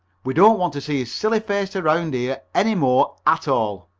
we don't want to see his silly face around here any more at all.